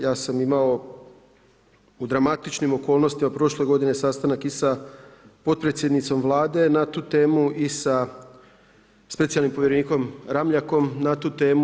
Ja sam imao u dramatičnim okolnostima prošle godine sastanak i sa potpredsjednicom Vlade na tu temu i sa specijalnim povjerenikom Ramljakom na tu temu.